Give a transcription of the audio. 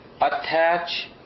attach